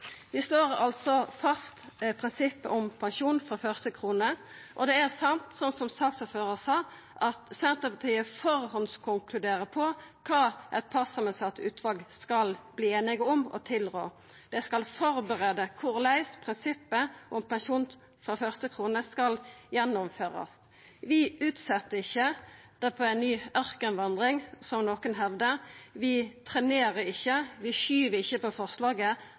Vi slår altså fast prinsippet om pensjon frå første krone, og det er sant, slik saksordføraren sa, at Senterpartiet førehandskonkluderer på kva eit partsamansett utval skal verta einige om og tilrå. Det skal førebu korleis prinsippet om pensjon frå første krone skal gjennomførast. Vi utset det ikkje for ei nye ørkenvandring, som nokon hevdar, vi trenerer det ikkje, vi skuvar ikkje på forslaget.